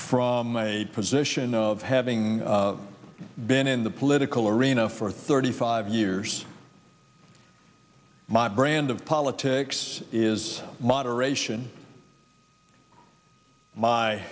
from a position of having been in the political arena for thirty five years my brand of politics is moderation my